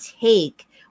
take